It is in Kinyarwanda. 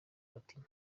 agatima